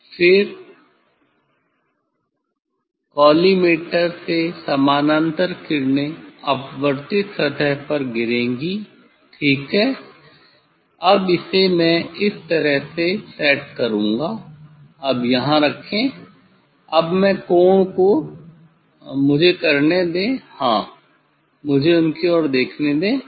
फिर कॉलीमटोर से समानांतर किरणें अपवर्तित सतह पर गिरेंगी ठीक है अब इसे मैं इस तरह से सेट करूँगा अब यहाँ रखें अब मैं कोण को मुझे करने दें हाँ मुझे उनकी और देखने दें